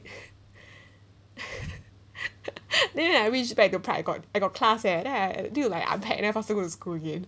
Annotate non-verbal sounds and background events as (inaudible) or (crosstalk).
(laughs) then I reach back back to prague I got I got class eh then I like unpack and I go to school again